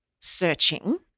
searching